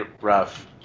rough